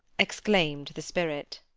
exclaimed the spirit.